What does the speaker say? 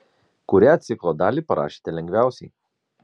kurią ciklo dalį parašėte lengviausiai